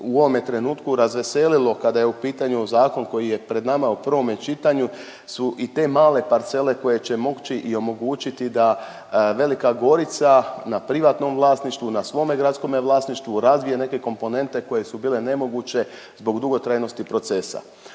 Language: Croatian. u ovome trenutku razveselilo kada je u pitanju zakon koji je pred nama u prvome čitanju su i te male parcele koje će, moguće, i omogućiti da Velika Gorica na privatnom vlasništvu, na svome gradskome vlasništvu razvije neke komponente koje su bile nemoguće zbog dugotrajnosti procesa.